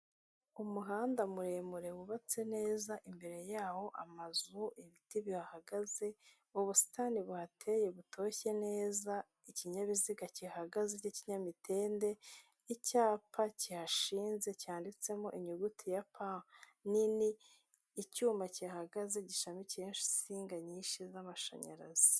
Umuhanda muremure wubatse neza, imbere yawo amazu, ibiti bihahagaze, ubusitani buhateye butoshye neza, ikinyabiziga kihahagaze k'ikinyamitende, icyapa kihashinze cyanditsemo inyuguti ya P nini, icyuma kihahagaze gishamikiyeho insinga nyinshi z'amashanyarazi.